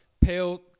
Pale